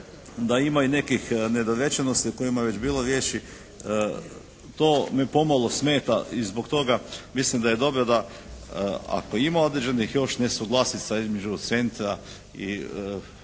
da ima i nekih nedorečenosti o kojima je već bilo riječi, to me pomalo smeta i zbog toga mislim da je dobro ako ima određenih još nesuglasica između centra i